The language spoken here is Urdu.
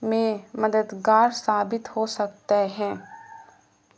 میں مددگار ثابت ہو سکتے ہیں